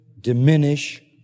diminish